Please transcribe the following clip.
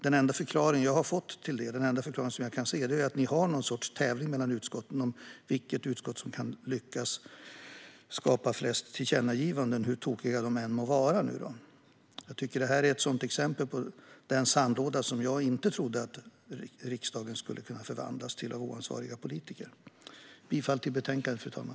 Den enda förklaring jag kan se är att de har någon sorts tävling mellan utskotten om vilket utskott som lyckas skapa flest tillkännagivanden, hur tokiga de än må vara. Jag tycker att det här är ett exempel på sandlåda, som jag inte trodde att riksdagen skulle kunna förvandlas till av oansvariga politiker. Jag yrkar bifall till förslaget i betänkandet, fru talman.